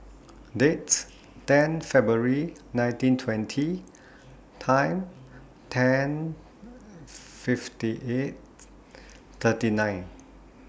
Dates ten February nineteen twenty Time ten fifty eight thirty nine